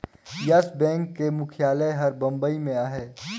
yes bank के मुख्यालय हर बंबई में अहे